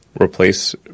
replace